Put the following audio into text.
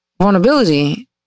vulnerability